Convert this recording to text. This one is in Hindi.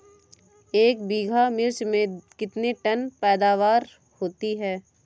एक बीघा मिर्च में कितने टन पैदावार होती है?